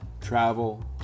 travel